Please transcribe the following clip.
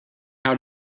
how